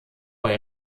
bei